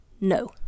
No